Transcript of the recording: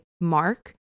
mark